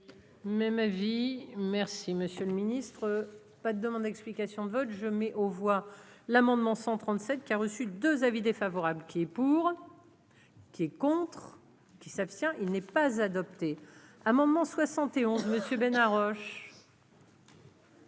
Même avis, merci monsieur le Ministre. Pas de demande d'explications de vote, je mets aux voix l'amendement 137 qui a reçu 2 avis défavorables qui est pour, qui est contre qui s'abstient, il n'est pas adopté à un moment 71 monsieur Bena Roche.